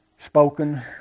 spoken